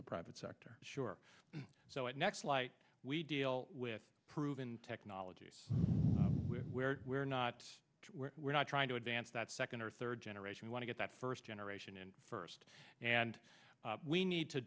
the private sector sure so at next light we deal with proven technologies where we're not we're not trying to advance that second or third generation want to get that first generation in first and we need to